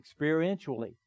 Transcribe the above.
experientially